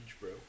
bro